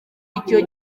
icyo